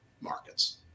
markets